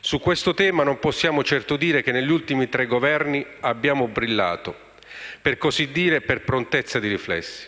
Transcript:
Su questo tema non possiamo certo dire che gli ultimi tre Governi abbiano brillato - per così dire - per prontezza di riflessi.